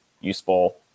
useful